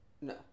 No